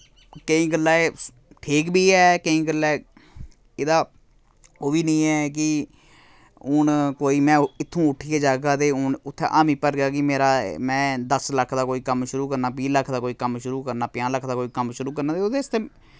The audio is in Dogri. केईं गल्लां एह् ठीक बी ऐ केईं गल्ला एह्दा ओह् बी नी ऐ कि हून कोई मैं इत्थों उट्ठियै जाह्गा ते हून उत्थै हामीं भरगा कि मेरा मै दस लक्ख दा कोई कम्म शुरू करना बीह् लक्ख दा कोई कम्म शुरू करना पंजाह् लक्ख दा कोई कम्म शुरू करना ते ओह्दे आस्तै